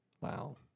Wow